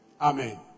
Amen